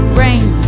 rain